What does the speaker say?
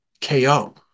ko